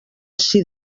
ací